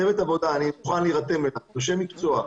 צוות עבודה, אני מוכן להירתם לזה, אנשי מקצוע,